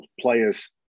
players